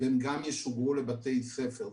והם גם ישוגרו לבתי ספר.